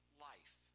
life